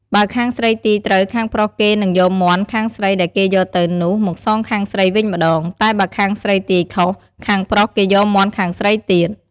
បើខាងស្រីទាយត្រូវ ខាងប្រុសគេនឹងយកមាន់ខាងស្រីដែលគេយកទៅនោះមកសងខាងស្រីវិញម្តង តែបើខាងស្រីទាយខុស ខាងប្រុសគេយកមាន់ខាងស្រីទៀត។